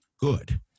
good